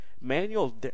manual